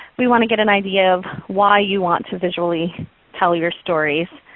we want to get an idea of why you want to visually tell your stories,